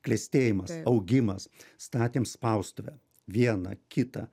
klestėjimas augimas statėm spaustuvę vieną kitą